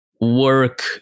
work